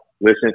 listen